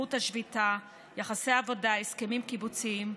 זכות השביתה, יחסי עבודה, הסכמים קיבוציים,